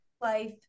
life